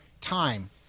time